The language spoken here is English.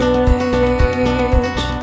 rage